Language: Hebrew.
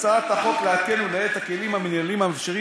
הצעת החוק נועדה לעדכן ולייעל את הכלים המינהליים המאפשרים